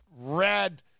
red